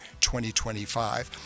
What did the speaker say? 2025